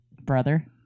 brother